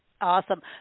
Awesome